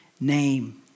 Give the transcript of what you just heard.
name